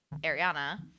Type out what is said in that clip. Ariana